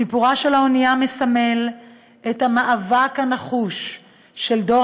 סיפורה של האנייה מסמל את המאבק הנחוש של דור